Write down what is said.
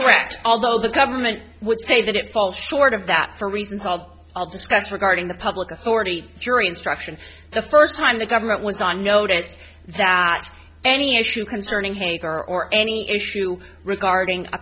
correct although the government would say that it falls short of that for reasons i'll discuss regarding the public authority jury instruction the first time the government was on notice that any issue concerning hager or any issue regarding a